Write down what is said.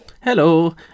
hello